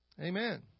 Amen